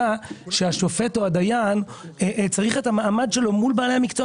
יש המלצה של הוועדה הציבורית על תוספת לח"כים של 5.1% במקום